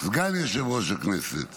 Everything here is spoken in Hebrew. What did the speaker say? סגן יושב-ראש הכנסת